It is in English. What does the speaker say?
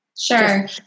Sure